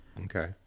Okay